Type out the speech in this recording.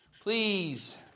Please